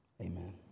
amen